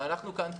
אנחנו כאן תקועים.